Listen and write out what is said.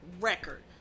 record